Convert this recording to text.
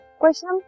Question